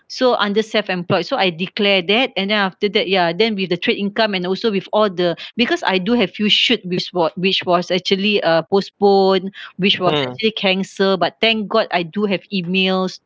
so under self-employed so I declare that and then after that ya then with the trade income and also with all the because I do have few shoot which wa~ which was actually uh postponed which was actually cancelled but thank god I do have emails